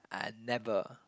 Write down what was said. I never